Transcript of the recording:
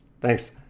Thanks